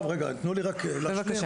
תנו לי רק להשלים.